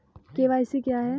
KYC क्या है?